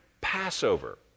Passover